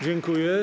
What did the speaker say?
Dziękuję.